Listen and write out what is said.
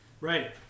Right